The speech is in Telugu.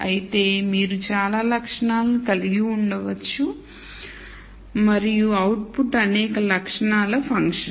అయితే మీరు చాలా లక్షణాలను కలిగి ఉండవచ్చు మరియు అవుట్పుట్ అనేక లక్షణాల ఫంక్షన్